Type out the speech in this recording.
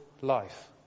life